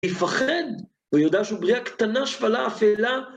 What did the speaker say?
תפחד! הוא יודע שהוא בריאה קטנה, שפלה, אפלה.